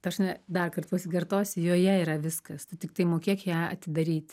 ta prasme darkart pasikartosiu joje yra viskas tu tiktai mokėk ją atidaryti